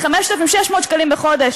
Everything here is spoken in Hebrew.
מ-5,600 שקלים בחודש,